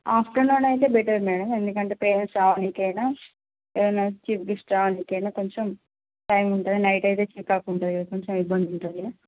afternoon అయితే better madam ఎందుకంటే parents రావడానికి అయినా ఏదైనా చీఫ్ గెస్ట్ రావడానికి అయినా కొంచం టైం ఉంటుంది నైట్ అయితే చికాకుగా ఉంటుంది కొంచం ఇబ్బంది ఉంటుంది